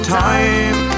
time